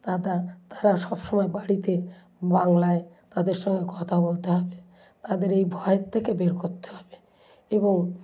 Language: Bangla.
তাদা তারা সব সময় বাড়িতে বাংলায় তাদের সঙ্গে কথা বলতে হবে তাদের এই ভয়ের থেকে বের করতে হবে এবং